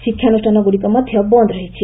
ଶିକ୍ଷାନୁଷ୍ଠାନଗୁଡ଼ିକ ମଧ ବନ୍ଦ ରହିଛି